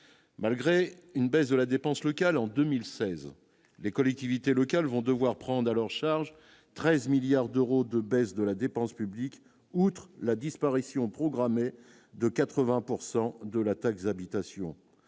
malgré une baisse de la dépense locale en 2016, les collectivités locales vont devoir prendre à leur charge 13 milliards d'euros de baisse de la dépense publique, outre la disparition programmée de 80 pourcent de de la taxe d'habitation,